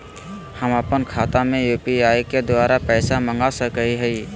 हम अपन खाता में यू.पी.आई के द्वारा पैसा मांग सकई हई?